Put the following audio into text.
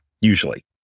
usually